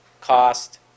cost